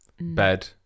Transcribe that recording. bed